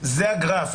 זה הגרף.